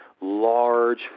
large